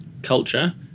culture